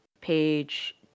page